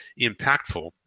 impactful